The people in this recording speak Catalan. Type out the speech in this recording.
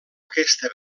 aquesta